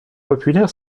populaire